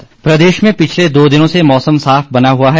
मौसम प्रदेश में पिछले दो दिनों से मौसम साफ बना हुआ है